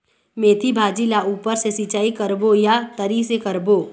मेंथी भाजी ला ऊपर से सिचाई करबो या तरी से करबो?